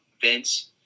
Vince